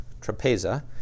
trapeza